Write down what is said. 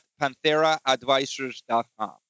PantheraAdvisors.com